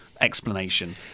explanation